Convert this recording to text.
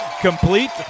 complete